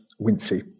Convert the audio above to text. Wincy